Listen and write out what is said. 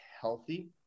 healthy